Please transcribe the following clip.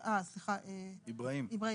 --- כן,